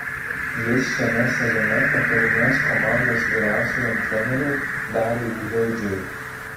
jis šiame sezone patarinės komandos vyriausiajam treneriui dariui gvildžiui